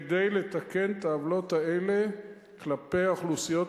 כדי לתקן את העוולות האלה כלפי האוכלוסיות החלשות.